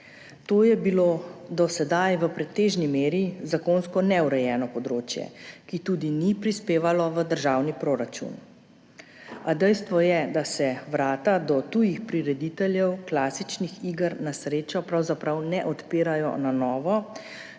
To je bilo do sedaj v pretežni meri zakonsko neurejeno področje, ki tudi ni prispevalo v državni proračun. A dejstvo je, da se vrata do tujih prirediteljev klasičnih iger na srečo pravzaprav ne odpirajo na novo,